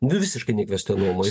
nu visiškai nekvestionuojamas